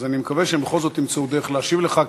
אז אני מקווה שהם בכל זאת ימצאו דרך להשיב לך,